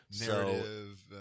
narrative